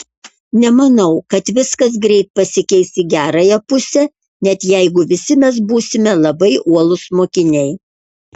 nemanau kad viskas greit pasikeis į gerąją pusę net jeigu visi mes būsime labai uolūs mokiniai